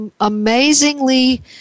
amazingly